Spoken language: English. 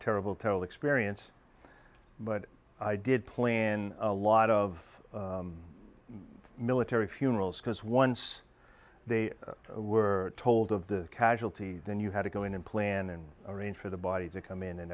terrible terrible experience but i did play in a lot of military funerals because once they were told of the casualty then you had to go in and plan and arrange for the body to come in and